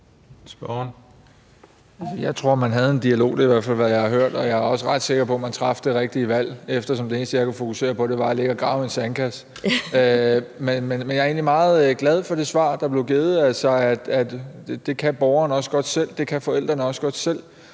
jeg har hørt, og jeg er også ret sikker på, at man traf det rigtige valg, eftersom det eneste, jeg kunne fokusere på, var at ligge og grave i en sandkasse. Men jeg er egentlig meget glad for det svar, der blev givet, altså at det kan borgeren også godt selv;